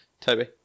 toby